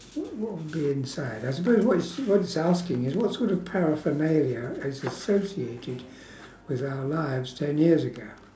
wh~ what would be inside I suppose what it's what it's asking is what sort of paraphernalia is associated with our lives ten years ago